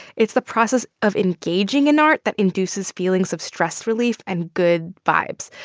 it's the process of engaging in art that induces feelings of stress relief and good vibes.